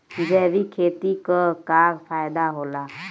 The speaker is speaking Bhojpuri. जैविक खेती क का फायदा होला?